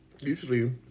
usually